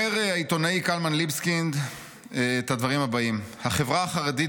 אומר העיתונאי קלמן ליבסקינד את הדברים הבאים: "החברה החרדית